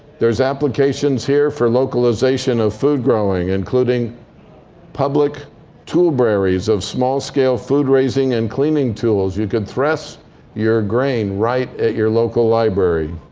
there's applications here for localization of food growing, including public toolbraries of small-scale food-raising and cleaning tools. you could thresh your grain right at your local library.